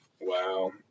Wow